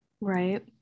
right